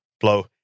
blow